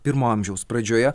pirmo amžiaus pradžioje